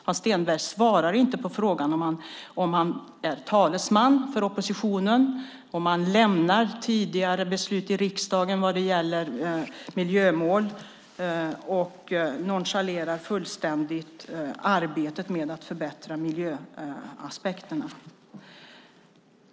Hans Stenberg svarar inte på frågorna om han är talesman för oppositionen och om han lämnar tidigare beslut i riksdagen vad gäller miljömål och i stället fullständigt nonchalerar arbetet med att förbättra miljöaspekterna.